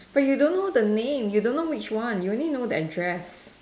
but you don't know the name you don't know which one you only know the address